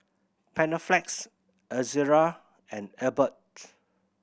Panaflex Ezerra and Abbott